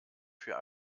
für